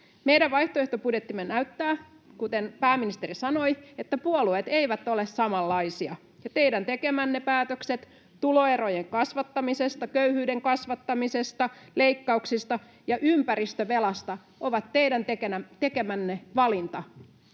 Meidän vaihtoehtobudjettimme näyttää, kuten pääministeri sanoi, että puolueet eivät ole samanlaisia, ja teidän tekemänne päätökset tuloerojen kasvattamisesta, köyhyyden kasvattamisesta, leikkauksista ja ympäristövelasta ovat teidän tekemänne valinta.